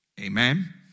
Amen